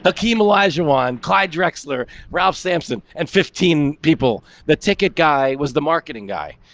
ah quim, elijah, juan, clyde drexler, ralph sampson and fifteen people the ticket guy was the marketing guy,